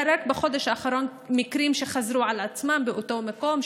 רק בחודש האחרון היו מקרים שחזרו על עצמם באותו מקום,